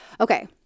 Okay